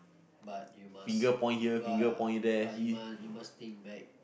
but you must but but you must you must think back